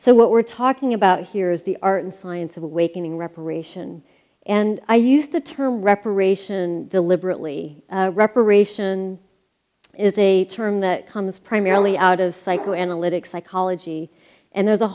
so what we're talking about here is the art and science of awakening reparation and i use the term reparation deliberately reparation is a term that comes primarily out of psychoanalytic psychology and there's a